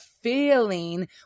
feeling